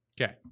Okay